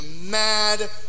mad